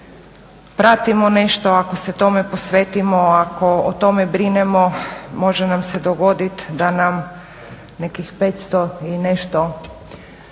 pratimo nešto, ako se tome posvetimo, ako o tome brinemo može nam se dogoditi da nam nekih 500 ili nešto